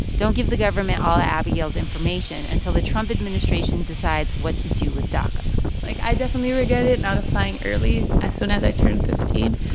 don't give the government all of ah abigail's information until the trump administration decides what to do with daca like, i definitely regretted not applying early as soon as i turned fifteen.